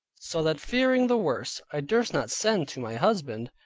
so that fearing the worst, i durst not send to my husband,